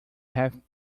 have